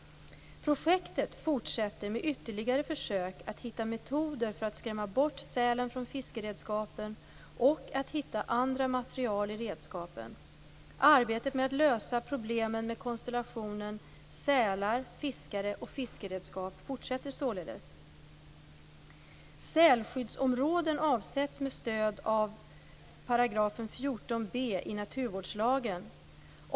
Projektet fortsätter med ytterligare försök att hitta metoder för att skrämma bort sälen från fiskeredskapen och att hitta andra material i redskapen. Arbetet med att lösa problemen med konstellationen sälar, fiskare och fiskeredskap fortsätter således. Sälskyddsområden avsätts med stöd av 14 b § i naturvårdslagen.